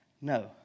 No